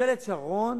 בממשלת שרון